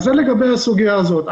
זה לגבי הסוגיה הזאת.